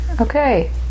Okay